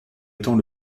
étant